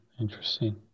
Interesting